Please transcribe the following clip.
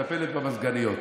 מטפלת במזגניות.